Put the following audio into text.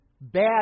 bad